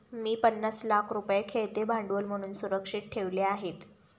मी पन्नास लाख रुपये खेळते भांडवल म्हणून सुरक्षित ठेवले आहेत